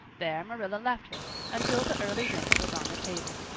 there marilla left her until the early dinner was on the table.